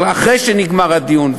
אבל אחרי שנגמר הדיון,